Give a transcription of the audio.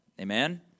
Amen